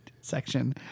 section